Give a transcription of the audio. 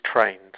trained